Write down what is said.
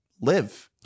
live